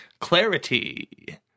Clarity